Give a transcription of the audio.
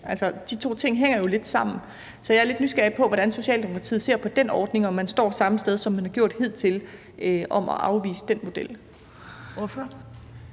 Altså, de to ting hænger jo lidt sammen. Så jeg er lidt nysgerrig på, hvordan Socialdemokratiet ser på den ordning, og om man står det samme sted, som man har gjort hidtil, i forhold til at afvise den model.